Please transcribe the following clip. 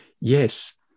Yes